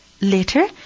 later